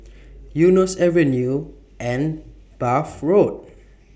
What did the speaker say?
Eunos Avenue and Bath Road